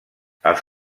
els